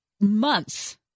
months